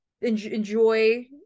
enjoy